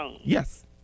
Yes